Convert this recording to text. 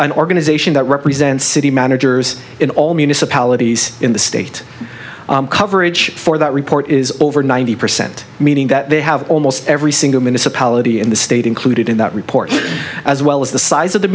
an organization that represents city managers in all municipalities in the state coverage for that report is over ninety percent meaning that they have almost every single minister polity in the state included in that report as well as the size of th